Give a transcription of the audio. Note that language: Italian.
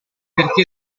perché